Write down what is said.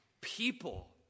people